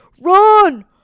run